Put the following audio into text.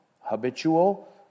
Habitual